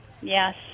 yes